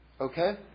okay